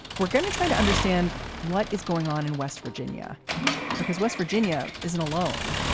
we're going to try to understand what is going on in west virginia because west virginia isn't alone.